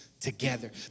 together